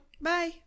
Bye